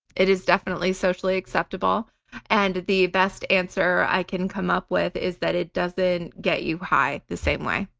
it is definitely socially acceptable and the best answer i can come up with is that it doesn't get you high the same way.